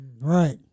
right